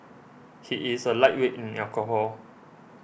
he is a lightweight in alcohol